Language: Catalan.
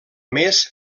més